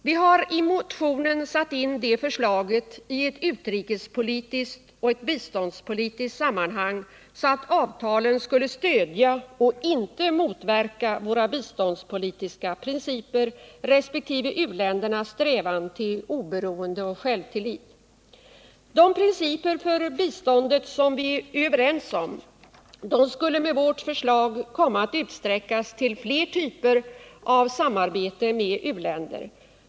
Vi har i motionen satt in förslaget i ett utrikespolitiskt och ett biståndspolitiskt sammanhang så att avtalen skulle stödja och inte motverka våra biståndspolitiska principer resp. u-ländernas strävan till oberoende och självtillit. De principer för biståndet som vi är överens om skulle med vårt förslag komma att utsträckas till fler typer av samarbete med u-länder.